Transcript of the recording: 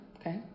okay